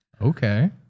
Okay